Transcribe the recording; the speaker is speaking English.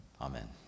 Amen